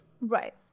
Right